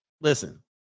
Listen